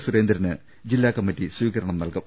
സുരേന്ദ്രന് ജില്ലാ കമ്മിറ്റി സ്വീകരണം നൽകും